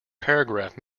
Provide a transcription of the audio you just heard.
paragraph